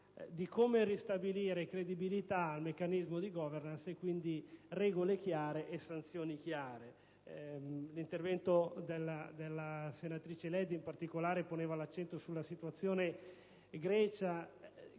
di come ristabilire credibilità al meccanismo di *governance* (quindi regole chiare e sanzioni chiare). L'intervento della senatrice Leddi, in particolare, ha posto l'accento sulla situazione della